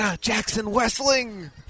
Jackson-Wessling